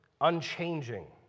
unchanging